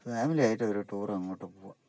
family ആയിട്ട് ഒര് tour അങ്ങോട്ട് പോകുക